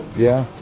yeah.